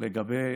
לגבי